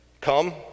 Come